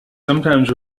sometimes